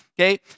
Okay